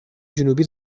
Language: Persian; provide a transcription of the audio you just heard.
جنوبی